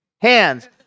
Hands